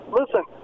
listen